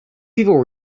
people